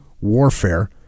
warfare